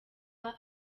baba